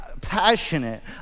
passionate